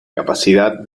capacidad